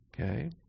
Okay